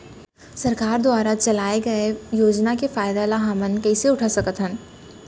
सरकार दुवारा चलाये योजना के फायदा ल लाभ ल हमन कइसे उठा सकथन?